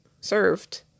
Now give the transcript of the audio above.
served